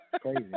Crazy